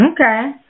okay